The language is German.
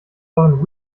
euren